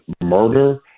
murder